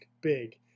Big